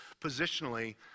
positionally